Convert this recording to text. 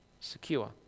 secure